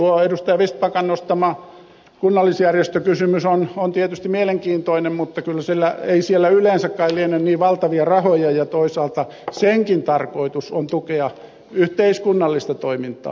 vistbackan esiin nostama kunnallisjärjestökysymys on tietysti mielenkiintoinen mutta ei siellä yleensä kai liene niin valtavia rahoja ja toisaalta senkin tarkoitus on tukea yhteiskunnallista toimintaa